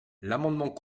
l’amendement